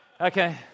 okay